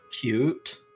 Cute